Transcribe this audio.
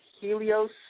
Helios